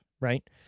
right